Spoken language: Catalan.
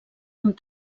amb